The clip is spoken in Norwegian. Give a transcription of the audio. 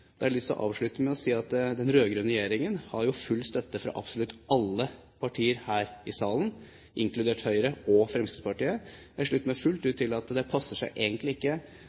har lyst til å avslutte med å si at den rød-grønne regjeringen har full støtte fra absolutt alle partier her i salen, inkludert Høyre og Fremskrittspartiet. Jeg slutter meg fullt ut til at det egentlig ikke passer seg